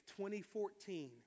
2014